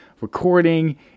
recording